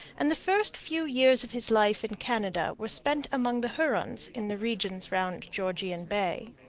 and the first few years of his life in canada were spent among the hurons in the regions round georgian bay.